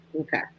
okay